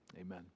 Amen